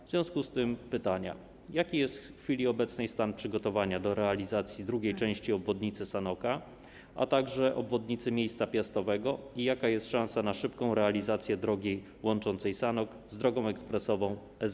W związku z tym pytania: Jaki jest w chwili obecnej stan przygotowania do realizacji drugiej części obwodnicy Sanoka, a także obwodnicy Miejsca Piastowego i jaka jest szansa na szybką realizację drogi łączącej Sanok z drogą ekspresową S19?